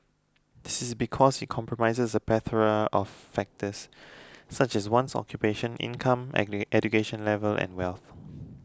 this is because it comprises a plethora of factors such as one's occupation income education level and wealth